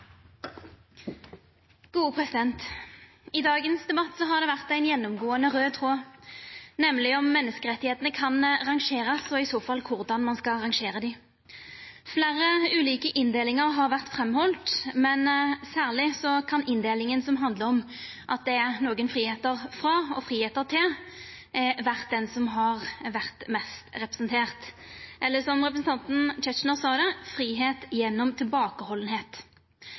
I dagens debatt har det vore ein gjennomgåande raud tråd, nemleg om menneskerettane kan rangerast – og i så fall korleis ein skal rangera dei. Fleire ulike inndelingar har vore haldne fram, men særleg har inndelinga som handlar om at det er nokre «fridomar frå» og nokre «fridomar til», vore mest representert, eller – som representanten Tetzschner sa det – fridom gjennom